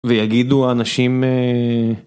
ויגידו האנשים